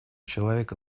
человека